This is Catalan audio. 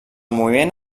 moviment